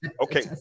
Okay